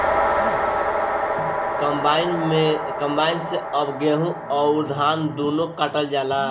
combine से अब गेहूं अउर धान दूनो काटल जाला